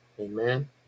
Amen